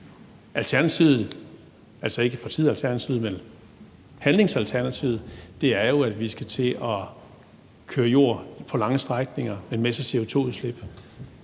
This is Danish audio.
Alternativet – altså ikke partiet Alternativet, men handlingsalternativet – er jo, at vi skal til at køre jord på lange strækninger med en masse CO2-udslip.